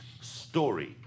story